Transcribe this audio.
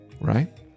Right